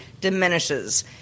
diminishes